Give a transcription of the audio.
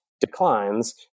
declines